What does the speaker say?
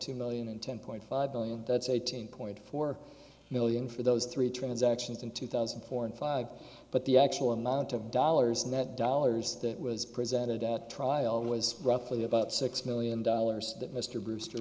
two million and ten point five billion that's eighteen point four million for those three transactions in two thousand and four and five but the actual amount of dollars and that dollars that was presented at trial was roughly about six million dollars that mr brewster